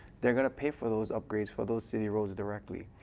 they're going to pay for those upgrades for those city roads directly.